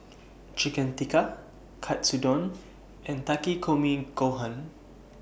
Chicken Tikka Katsudon and Takikomi Gohan